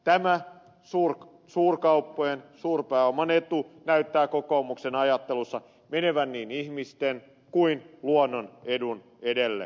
tämä suurkauppojen suurpääoman etu näyttää kokoomuksen ajattelussa menevän niin ihmisten kuin luonnon edun edelle